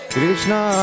Krishna